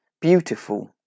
beautiful